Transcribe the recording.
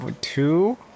Two